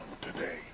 today